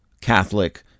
Catholic